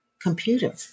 computer